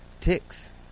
ticks